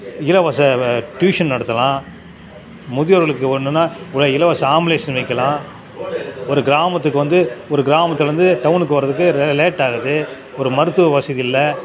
இலவச வ ட்யூஷன் நடத்தலாம் முதியவர்களுக்கு ஒன்றுன்னா ஒரு இலவச ஆம்புலேன்ஸு வைக்கலாம் ஒரு கிராமத்துக்கு வந்து ஒரு கிராமத்துலேருந்து டவுனுக்கு வரதுக்கு லேட் ஆகுது ஒரு மருத்துவ வசதி இல்லை